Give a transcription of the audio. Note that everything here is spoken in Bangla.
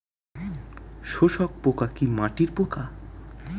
শোষক পোকা কি মাটির পোকা?